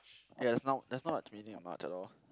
ya that's not that's not much at all